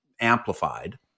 amplified